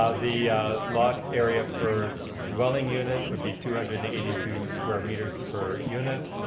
ah the lot area per dwelling unit would be two hundred and eighty two square meters per unit.